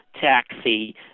taxi